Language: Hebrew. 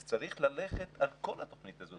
אז צריך ללכת על כל התוכנית הזאת,